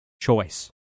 choice